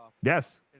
Yes